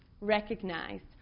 recognized